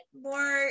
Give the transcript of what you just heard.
more